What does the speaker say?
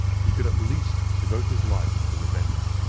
he could at least devote his life to revenge.